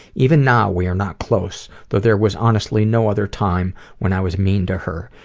even now, we are not close. but there was honestly no other time, when i was mean to her.